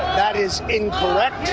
that is incorrect